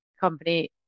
company